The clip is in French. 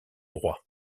droit